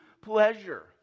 pleasure